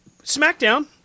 SmackDown